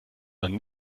man